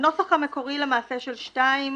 הנוסח המקורי של (2):